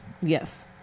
Yes